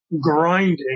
grinding